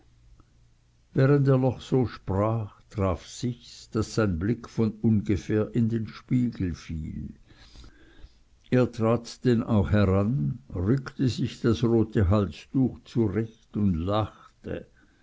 während er noch so sprach traf sich's daß sein blick von ungefähr in den spiegel fiel er trat denn auch heran rückte sich das rote halstuch zurecht und lachte